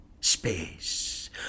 space